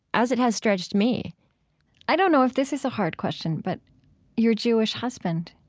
as it has stretched me i don't know if this is a hard question, but your jewish husband,